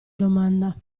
domanda